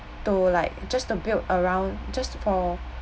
to like just to build around just for